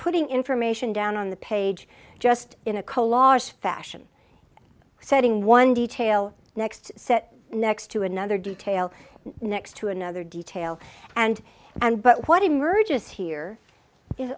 putting information down on the page just in a collage fashion setting one detail next set next to another detail next to another detail and and but what emerges here is